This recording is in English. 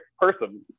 person